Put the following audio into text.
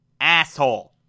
asshole